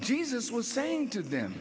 jesus was saying to them